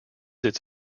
its